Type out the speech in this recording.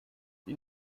you